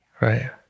Right